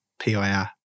PIR